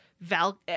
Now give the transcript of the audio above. Val